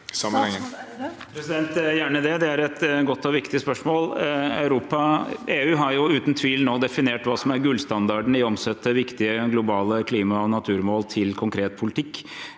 Gjerne det – det er et godt og viktig spørsmål. EU har uten tvil nå definert hva som er gullstandarden i å omsette viktige globale klima- og naturmål til konkret politikk.